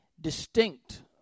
distinct